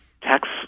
tax